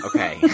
Okay